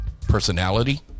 personality